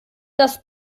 das